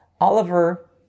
Oliver